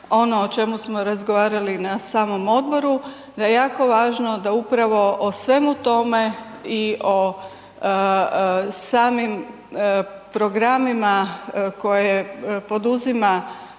ono o čemu smo razgovarali na samom odboru, da je jako važno da upravo o svemu tome i o samim programima koje poduzima